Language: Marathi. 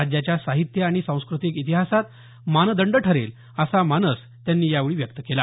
राज्याच्या साहित्य आणि सांस्कृतिक इतिहासात मानदंड ठरेल असा मानस त्यांनी यावेळी व्यक्त केला